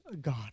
God